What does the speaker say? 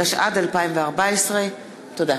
התשע"ד 2014. תודה.